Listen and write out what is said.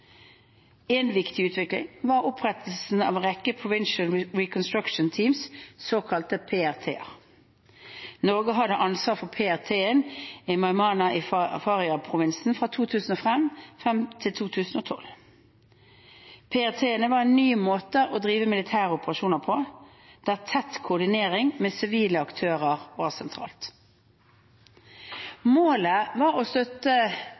En viktig utvikling var opprettelsen av en rekke Provincial Reconstruction Teams, såkalte PRT-er. Norge hadde ansvar for PRT-et i Maimana i Faryab provins fra 2005 og frem til 2012. PRT-ene var en ny måte å drive militære operasjoner på, der tett koordinering med sivile aktører var sentralt. Målet var å støtte